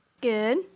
Good